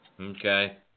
Okay